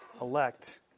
elect